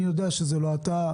אני יודע שזה לא אתה.